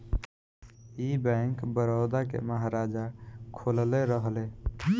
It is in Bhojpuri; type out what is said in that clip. ई बैंक, बड़ौदा के महाराजा खोलले रहले